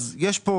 יש פה